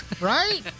Right